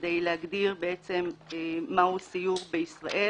כדי להגדיר מהו סיור בישראל.